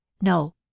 No